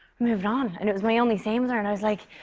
moving on? and it was my only scene with her, and i was like,